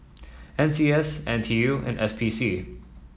N C S N T U and S P C